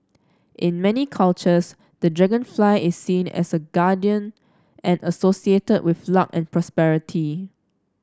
in many cultures the dragonfly is seen as a guardian and associated with luck and prosperity